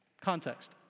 Context